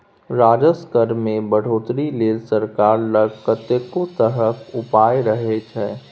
राजस्व कर मे बढ़ौतरी लेल सरकार लग कतेको तरहक उपाय रहय छै